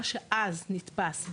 מה שאז נתפס,